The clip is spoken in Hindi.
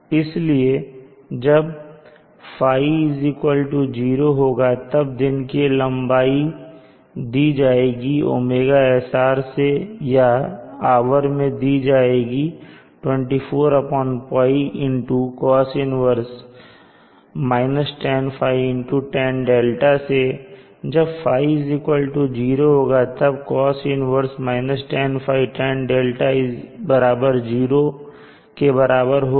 इसलिए जब ϕ0 होगा तब दिन की लंबाई दी जाएगी ωsr से या आवर में दी जाएगी 24π cos 1 tan ϕ tan δ से जब ϕ0 होगा तब cos 1 tan ϕ tan δ 0 के बराबर होगा